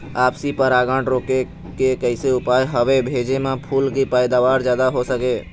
आपसी परागण रोके के कैसे उपाय हवे भेजे मा फूल के पैदावार जादा हों सके?